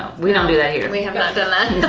um we don't do that here. we have not done that.